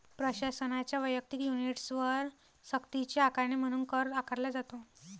प्रशासनाच्या वैयक्तिक युनिट्सवर सक्तीची आकारणी म्हणून कर आकारला जातो